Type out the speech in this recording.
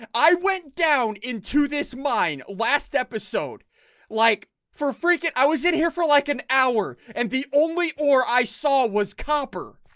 i went down into this mine last episode like for freaking i was in here for like an hour and the only or i saw was copper